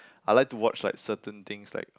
I like to watch like certain things like